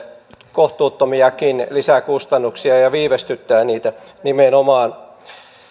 kohtuuttomiakin lisäkustannuksia ja viivästyttävät niitä nimenomaan